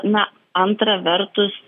na antra vertus